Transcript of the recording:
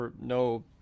no